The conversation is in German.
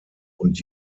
und